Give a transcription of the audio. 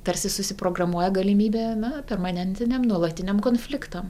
tarsi susiprogramuoja galimybė na permanentiniam nuolatiniam konfliktam